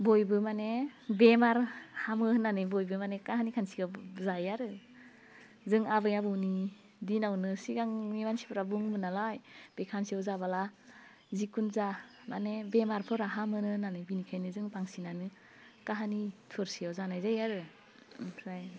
बयबो माने बेमार हामो होननानै बयबो माने काहानि खांसिखौ जायो आरो जों आबै आबौनि दिनावनो सिगांनि मानसिफ्रा बुङोमोन नालाय बे खांसियाव जबोला जेखुनु जा मानि बेमारफोरा हामोनो होननानै बेनिखायनो जों बांसिनानो काहानि थुरसियाव जानाय जायो आरो ओमफ्राय